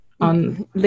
on